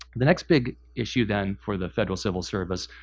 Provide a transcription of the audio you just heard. the next big issue, then, for the federal civil service,